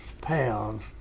pounds